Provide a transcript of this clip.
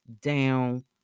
down